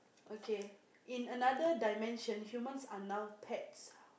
okay in another dimension humans are now pets